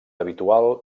habitual